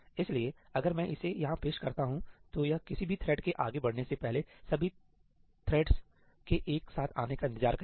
इसलिए अगर मैं इसे यहां पेश करता हूं तो यह किसी भी थ्रेड के आगे बढ़ने से पहले सभी थ्रेड्स के एक साथ आने का इंतजार करेगा